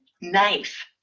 knife